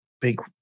Big